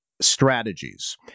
strategies